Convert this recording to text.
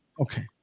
okay